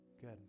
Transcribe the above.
Good